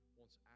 wants